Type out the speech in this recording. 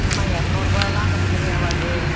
இல்லைம்மா இரநூறுபாலாம் கட்டுப்படி ஆகாது